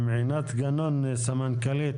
עם עינת גנון, סמנכ"לית.